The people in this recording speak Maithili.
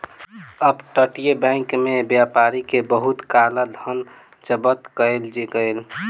अप तटीय बैंक में व्यापारी के बहुत काला धन जब्त कएल गेल